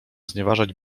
znieważać